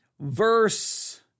verse